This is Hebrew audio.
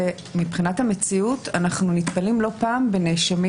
שמבחינת המציאות אנחנו נתקלים לא פעם בנאשמים